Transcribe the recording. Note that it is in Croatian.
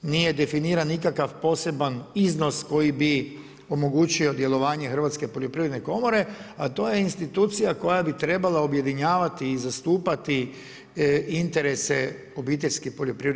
Nije definiran nikakav poseban iznos koji bi omogućio djelovanje Hrvatske poljoprivredne komore a to je institucija koja bi trebala objedinjavati i zastupati interese OPG-ova.